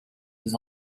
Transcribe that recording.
des